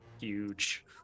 Huge